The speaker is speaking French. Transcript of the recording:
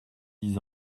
dix